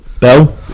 Bell